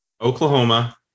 Oklahoma